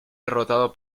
derrotado